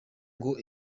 ngo